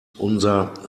unser